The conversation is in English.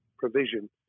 provision